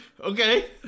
Okay